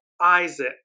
Isaac